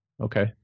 okay